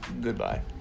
Goodbye